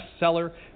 bestseller